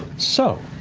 so